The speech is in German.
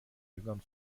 jüngern